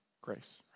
grace